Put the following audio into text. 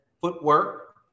footwork